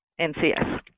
NCS